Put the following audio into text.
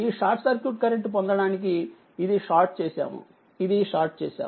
ఈ short circuit current పొందడానికి ఇది షార్ట్ చేసాము ఇది షార్ట్ చేసాము